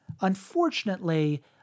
Unfortunately